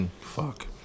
Fuck